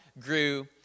grew